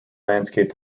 landscape